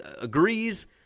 agrees